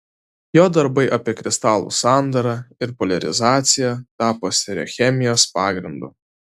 jo darbai apie kristalų sandarą ir poliarizaciją tapo stereochemijos pagrindu